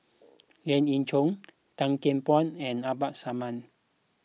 Lien Ying Chow Tan Kian Por and Abdul Samad